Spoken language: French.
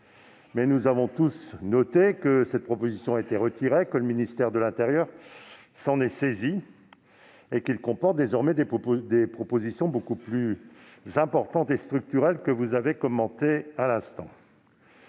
Mais nous avons tous noté que cette proposition a été retirée, que le ministère de l'intérieur s'en est saisi et que le texte comporte désormais des propositions beaucoup plus importantes et structurelles, que vous avez commentées à l'instant.